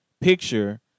picture